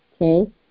Okay